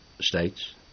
states